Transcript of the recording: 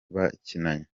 bakinanye